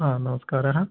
हा नमस्काराः